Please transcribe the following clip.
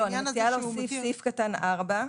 אני מציעה להוסיף סעיף (4)